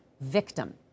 victim